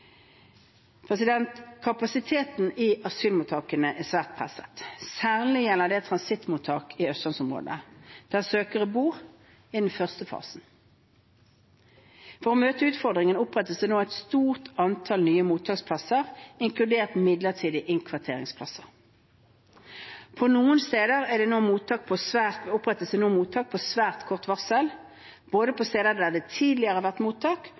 Kapasiteten i asylmottakene er svært presset. Særlig gjelder dette transittmottak i østlandsområdet, der søkerne bor i den første fasen. For å møte utfordringen opprettes det nå et stort antall nye mottaksplasser, inkludert midlertidige innkvarteringsplasser. På noen steder opprettes det nå mottak på svært kort varsel, både på steder der det tidligere har vært mottak,